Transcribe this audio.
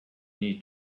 need